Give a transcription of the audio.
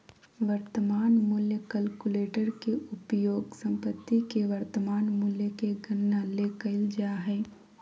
वर्तमान मूल्य कलकुलेटर के उपयोग संपत्ति के वर्तमान मूल्य के गणना ले कइल जा हइ